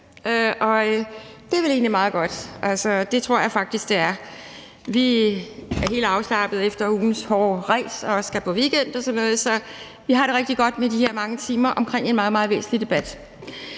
det er vel egentlig meget godt. Det tror jeg faktisk at det er. Vi er helt afslappede efter ugens hårde ræs og skal på weekend og sådan noget, så vi har det rigtig godt med at bruge de her mange timer på en meget væsentlig debat.